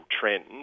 trend